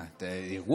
אירוע חגיגי.